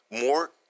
more